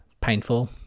painful